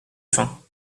fin